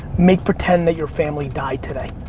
make pretend that your family died today.